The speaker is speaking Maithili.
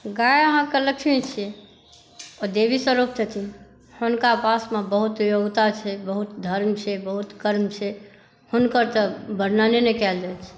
गाय अहाँके लक्ष्मी छी ओ देवी स्वरुप छथिन हुनका पासमे बहुत योग्यता छै बहुत धर्म छै बहुत कर्म छै हुनकर तऽ वर्णने नहि कएल जाय छै